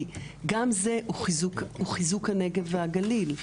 כי גם זה הוא חיזוק הנגב והגליל,